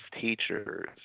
teachers